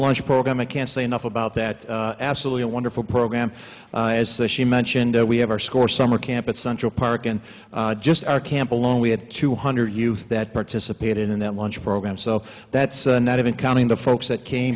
lunch program i can't say enough about that absolutely wonderful program as the she mentioned we have our score summer camp at central park and just our camp alone we had two hundred youth that participated in that lunch program so that's not even counting the folks that came